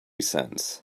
sense